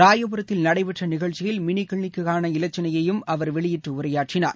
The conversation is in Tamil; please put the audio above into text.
ராயபுரத்தில் நடைபெற்ற நிகழ்ச்சியில் மினி கிளினிக் கான இலச்சினையையும் அவர் வெளியிட்டு உரையாற்றினார்